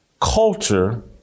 culture